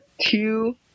two